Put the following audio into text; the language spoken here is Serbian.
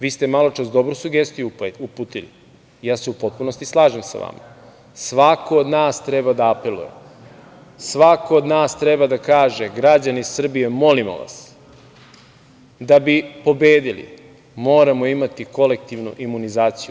Vi ste malo čas dobru sugestiju uputili i ja se u potpunosti slažem sa vama, svako od nas treba da apeluje, svako od nas treba da kaže – građani Srbije, molimo vas, da bi pobedili, moramo imati kolektivnu imunizaciju.